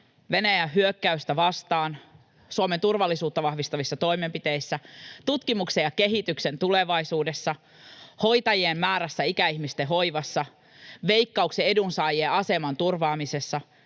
Venäjän hyökkäystä vastaan, Suomen turvallisuutta vahvistavissa toimenpiteissä, tutkimuksen ja kehityksen tulevaisuudessa, hoitajien määrässä, ikäihmisten hoivassa, Veikkauksen edunsaajien aseman turvaamisessa